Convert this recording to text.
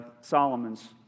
Solomon's